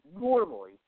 normally